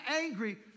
angry